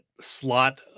slot